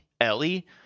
Ellie